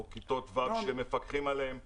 או כיתות ו' שמפקחים עליהם --- נועם,